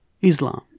Islam